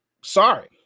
sorry